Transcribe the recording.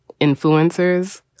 influencers